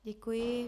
Děkuji.